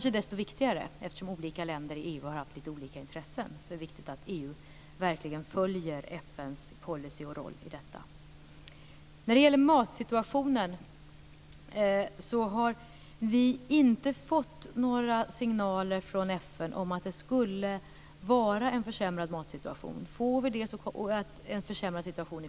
Eftersom olika länder i EU har haft lite olika intressen är det kanske desto viktigare att EU verkligen följer FN:s policy och roll i detta. När det gäller matsituationen och situationen i flyktinglägren har vi inte fått några signaler från FN om att situationen skulle vara försämrad.